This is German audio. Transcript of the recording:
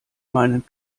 meinen